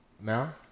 now